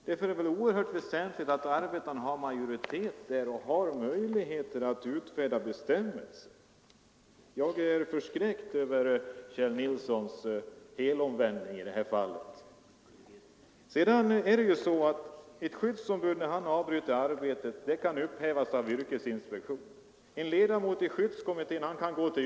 Det är oerhört viktigt att arbetarna har majoritet i kommittéerna och har möjlighet att utfärda bestämmelser. Jag är förskräckt över Kjell Nilssons helomvändning i det här fallet. Ett skyddsombuds avbrytande av arbetet kan upphävas av yrkesinspektionen — en ledamot av skyddskommittén kan vända sig dit.